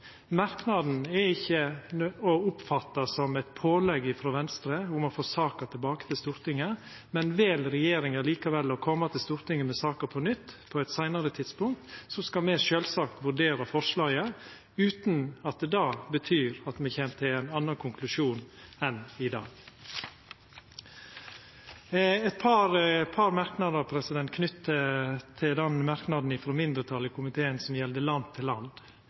merknaden ikkje er å oppfatta som eit pålegg ifrå Venstre om å få saka tilbake til Stortinget. Men vel regjeringa likevel å koma til Stortinget med saka på nytt, på eit seinare tidspunkt, skal me sjølvsagt vurdera forslaget – utan at det betyr at me då kjem til ein annan konklusjon enn i dag. Eg har eit par kommentarar knytte til den merknaden ifrå mindretalet i komiteen som gjeld